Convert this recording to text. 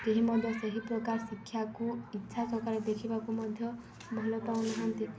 କେହି ମଧ୍ୟ ସେହି ପ୍ରକାର ଶିକ୍ଷାକୁ ଇଚ୍ଛା ସହକାରେ ଦେଖିବାକୁ ମଧ୍ୟ ଭଲ ପାଉନାହାନ୍ତି